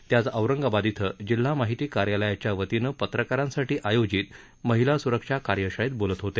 ते आज औरंगाबाद इथं जिल्हा माहिती कार्यालयाच्या वतीनं पत्रकारांसाठी आयोजित महिला सुरक्षा कार्यशाळेत बोलत होते